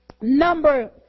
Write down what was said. number